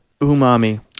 umami